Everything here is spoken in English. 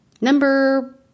Number